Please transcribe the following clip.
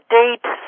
date